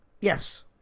Yes